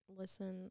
listen